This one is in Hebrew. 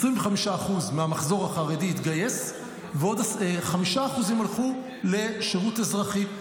25% מהמחזור החרדי התגייס ועוד 5% הלכו לשירות אזרחי.